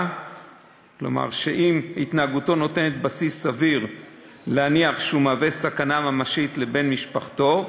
ואם התנהגותו נותנת בסיס סביר להניח שהוא מהווה סכנה ממשית לבן משפחתו,